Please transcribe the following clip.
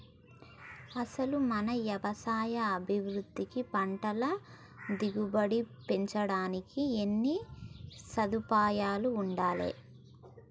అసలు మన యవసాయ అభివృద్ధికి పంటల దిగుబడి పెంచడానికి అన్నీ సదుపాయాలూ ఉండాలే